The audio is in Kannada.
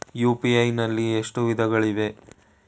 ಯು.ಪಿ.ಐ ನಲ್ಲಿ ಎಷ್ಟು ವಿಧಗಳಿವೆ?